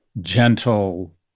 gentle